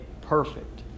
perfect